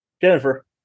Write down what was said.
Jennifer